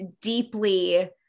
deeply